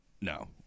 No